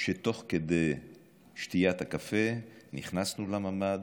שתוך כדי שתיית הקפה נכנסנו לממ"ד,